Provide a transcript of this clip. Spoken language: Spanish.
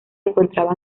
encontrará